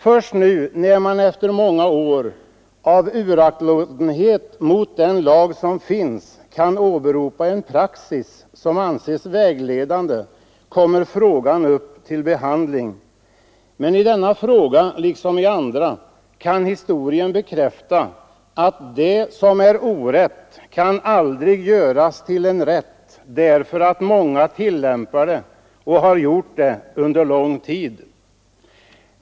Först nu, när man efter många år av uraktlåtenhet när det gäller den lag som finns kan åberopa en praxis, som anses vägledande, kommer frågan upp till behandling. Men i denna fråga, liksom i andra, kan historien bekräfta att det som är orätt aldrig kan göras till en rätt därför att många tillämpar det och har gjort det under lång tid.